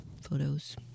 photos